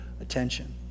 attention